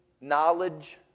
knowledge